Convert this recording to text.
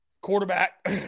quarterback